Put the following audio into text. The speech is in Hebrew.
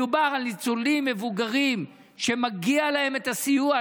מדובר על ניצולים מבוגרים שמגיע להם הסיוע,